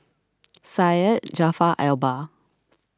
Syed Jaafar Albar